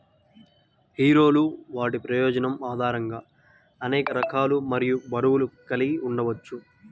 హీరోలు వాటి ప్రయోజనం ఆధారంగా అనేక రకాలు మరియు బరువులు కలిగి ఉండవచ్చు